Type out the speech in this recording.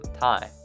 time